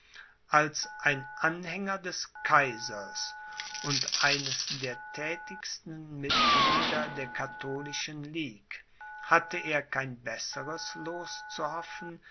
als ein anhänger des kaisers und eines der thätigsten mitglieder der katholischen ligue hatte er kein besseres